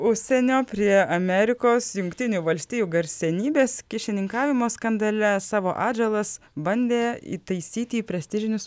užsienio prie amerikos jungtinių valstijų garsenybės kyšininkavimo skandale savo atžalas bandė įtaisyti į prestižinius